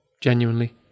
genuinely